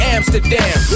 Amsterdam